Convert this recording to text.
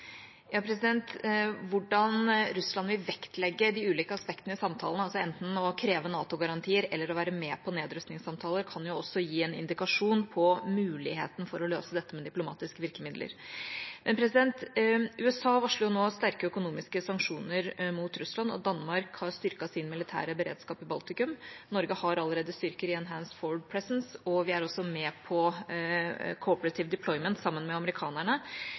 Hvordan Russland vil vektlegge de ulike aspektene i samtalen – altså enten å kreve NATO-garantier eller å være med på nedrustningssamtaler – kan også gi en indikasjon på muligheten for å løse dette med diplomatiske virkemidler. Men USA varsler jo nå sterke økonomiske sanksjoner mot Russland, og Danmark har styrket sin militære beredskap i Baltikum. Norge har allerede styrker i Enhanced Forward Presence, og vi er også med på Cooperative Deployment sammen med amerikanerne.